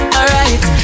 Alright